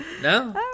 No